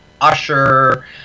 Usher